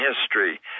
history